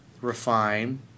refine